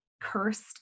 cursed